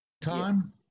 time